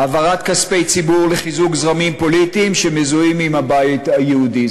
העברת כספי ציבור לחיזוק זרמים פוליטיים שמזוהים עם הבית היהודי,